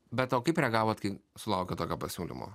bet o kaip reagavot kai sulaukėt tokio pasiūlymo